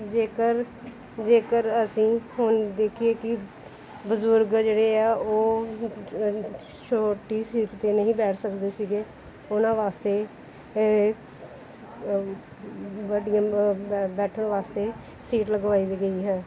ਜੇਕਰ ਜੇਕਰ ਅਸੀਂ ਹੁਣ ਦੇਖੀਏ ਕਿ ਬਜ਼ੁਰਗ ਜਿਹੜੇ ਆ ਉਹ ਛੋਟੀ ਸੀਟ 'ਤੇ ਨਹੀਂ ਬੈਠ ਸਕਦੇ ਸੀਗੇ ਉਹਨਾਂ ਵਾਸਤੇ ਬੈਠਣ ਵਾਸਤੇ ਸੀਟ ਲਗਵਾਈ ਗਈ ਹੈ